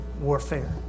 warfare